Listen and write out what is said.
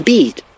Beat